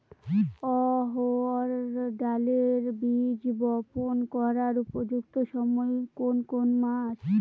অড়হড় ডালের বীজ বপন করার উপযুক্ত সময় কোন কোন মাস?